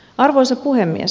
arvoisa puhemies